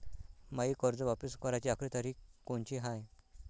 मायी कर्ज वापिस कराची आखरी तारीख कोनची हाय?